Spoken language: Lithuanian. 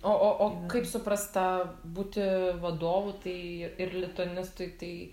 o o o kaip suprast tą būti vadovu tai ir lituanistui tai